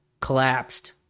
collapsed